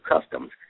customs